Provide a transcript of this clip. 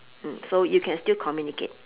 mm so you can still communicate